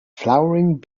flowering